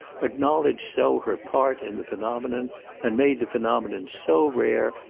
acknowledged so her part in the phenomenon and made the phenomenon so rare,